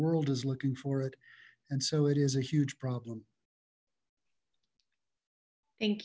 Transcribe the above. world is looking for it and so it is a huge problem